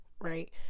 right